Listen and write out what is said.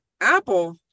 Apple